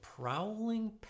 prowling